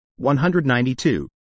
192